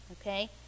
Okay